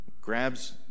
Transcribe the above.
grabs